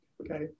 Okay